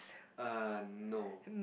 err no